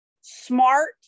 smart